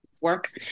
work